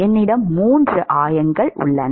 என்னிடம் 3 ஆயங்கள் உள்ளன